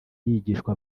yigishwa